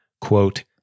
quote